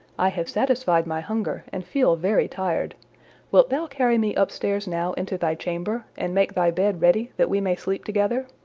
i have satisfied my hunger and feel very tired wilt thou carry me upstairs now into thy chamber, and make thy bed ready that we may sleep together?